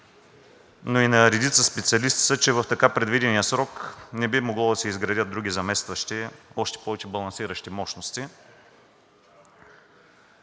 но и на редица специалисти са, че в така предвидения срок не би могло да се изградят други заместващи, още повече балансиращи мощности.